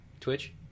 Twitch